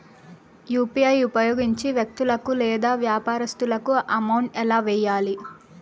UPI ఉపయోగించి వ్యక్తులకు లేదా వ్యాపారస్తులకు అమౌంట్ ఎలా వెయ్యాలి